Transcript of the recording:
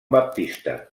baptista